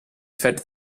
fed